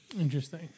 Interesting